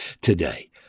today